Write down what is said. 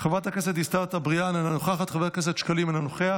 חברת הכנסת דיסטל אטבריאן, איננה נוכחת,